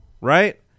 right